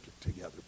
together